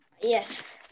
Yes